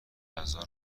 غذا